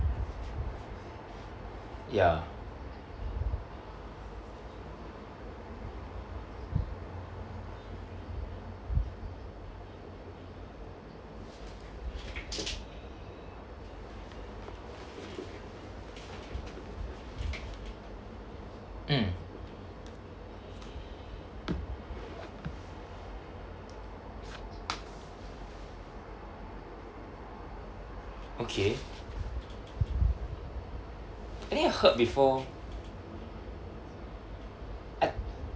ya mm okay eh I heard before I